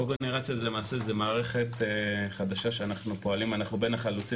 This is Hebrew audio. קוגנרציה זו מערכת חדשה שאנחנו בין החלוצים